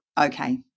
Okay